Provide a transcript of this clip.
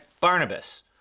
Barnabas